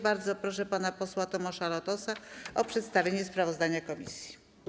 Bardzo proszę pana posła Tomasza Latosa o przedstawienie sprawozdania komisji.